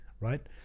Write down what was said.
right